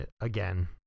again